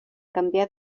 canviar